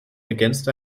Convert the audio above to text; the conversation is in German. ergänzt